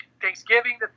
Thanksgiving